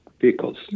vehicles